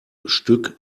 stück